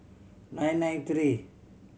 nine nine three